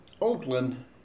Oakland